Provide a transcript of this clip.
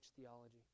theology